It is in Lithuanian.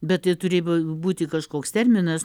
bet tai turi būti kažkoks terminas